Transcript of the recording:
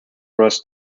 rushed